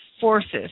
forces